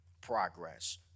progress